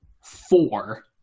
four